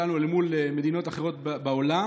להשאיר תינוק אלרגי בן שנה בכיתה עם עוד 30